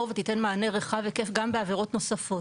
ותיתן מענה רחב היקף גם בעבירות נוספות.